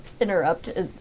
interrupt